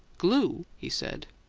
glue? he said.